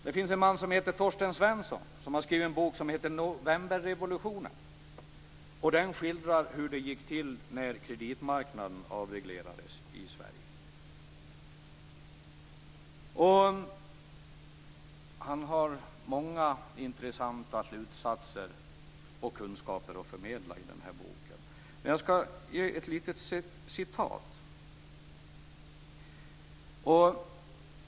Det finns en man som heter Torsten Svensson, som har skrivit en bok som heter Novemberrevolutionen. Den skildrar hur det gick till när kreditmarknaden avreglerades i Sverige. Han har många intressanta slutsatser och kunskaper att förmedla i boken. Jag skall läsa litet ur den.